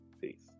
Peace